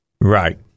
Right